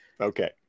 Okay